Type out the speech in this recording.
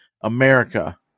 America